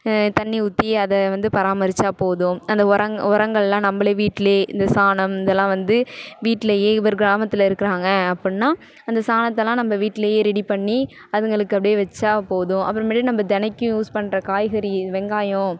தண்ணி ஊற்றி அதை வந்து பராமரித்தா போதும் அந்த உரங்கள்லாம் நம்மளே வீட்லேயே இந்த சாணம் இதெல்லாம் வந்து வீட்லேயே ஒரு கிராமத்தில் இருக்கிறாங்க அப்படின்னா அந்த சாணத்தைலாம் நம்ம வீட்லேயே ரெடி பண்ணி அதுங்களுக்கு அப்படியே வெச்சா போதும் அப்புறமேட்டு நம்ம தினைக்கும் யூஸ் பண்ணுற காய்கறி வெங்காயம்